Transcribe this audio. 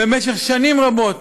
במשך שנים רבות,